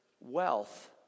wealth